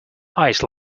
ice